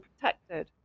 protected